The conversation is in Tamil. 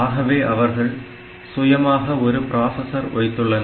ஆகவே அவர்கள் சுயமாக ஒரு ப்ராசசர் வைத்துள்ளனர்